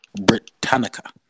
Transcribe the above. Britannica